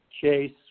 Chase